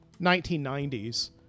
1990s